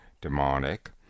demonic